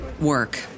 Work